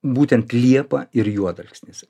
būtent liepa ir juodalksnis